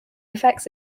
effects